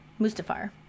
Mustafar